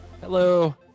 hello